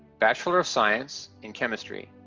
bachelor of science in chemistry.